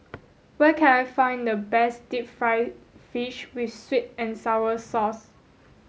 where can I find the best deep fried fish with sweet and sour sauce